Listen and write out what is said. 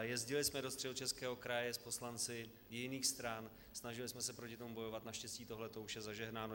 Jezdili jsme do Středočeského kraje s poslanci jiných stran, snažili jsme se proti tomu bojovat, naštěstí tohle už je zažehnáno.